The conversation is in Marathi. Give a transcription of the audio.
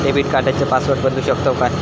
डेबिट कार्डचो पासवर्ड बदलु शकतव काय?